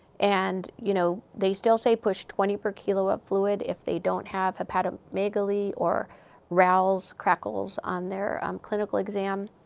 and, you know, they still say push twenty per kilo of fluid if they don't have hepatomegaly or rales crackles on their um clinical exam.